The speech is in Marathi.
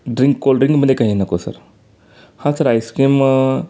ड्रिंक कोल्ड ड्रिंकमध्ये काही नको सर हां सर आईस्क्रीम